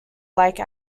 like